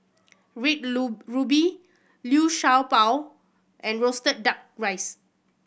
red ruby Liu Sha Bao and roasted Duck Rice